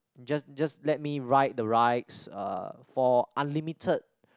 just just let me ride the rides uh for unlimited